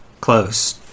close